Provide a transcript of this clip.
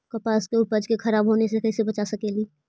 कपास के उपज के खराब होने से कैसे बचा सकेली?